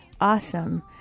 awesome